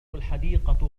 الحديقة